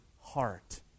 heart